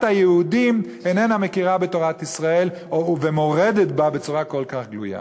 היהודים איננה מכירה בתורת ישראל ומורדת בה בצורה כל כך גלויה.